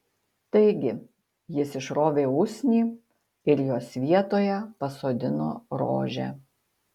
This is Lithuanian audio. taigi jis išrovė usnį ir jos vietoje pasodino rožę